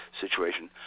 situation